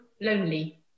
lonely